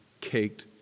caked